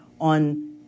on